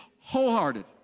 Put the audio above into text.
Wholehearted